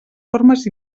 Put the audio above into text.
formes